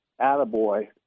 attaboy